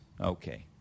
Okay